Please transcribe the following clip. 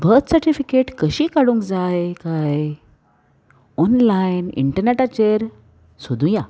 birth certificate कशी काडूंक जाय काय ऑनलायन इंटरनेटाचेर सोदुया